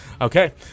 okay